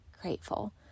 grateful